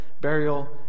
burial